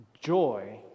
joy